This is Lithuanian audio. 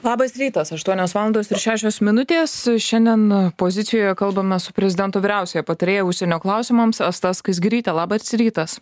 labas rytas aštuonios valandos ir šešios minutės šiandien pozicijoje kalbame su prezidentu vyriausiąja patarėja užsienio klausimams asta skaisgiryte labas rytas